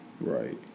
Right